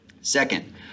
Second